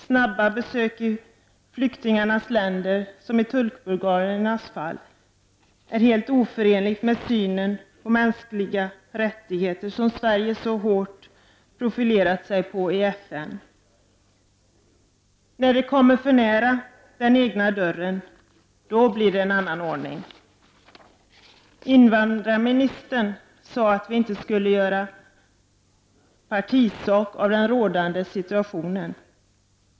Snabba besök i flyktingarnas hemländer, som i turkbulgarernas fall, är helt oförenliga med vår syn på de mänskliga rättigheterna — en fråga där Sverige så starkt har profilerat sig i FN. Men när något kommer för nära den egna dörren blir det en annan ordning! Invandrarministern sade att vi inte skall göra partipolitik av den rådande situationen.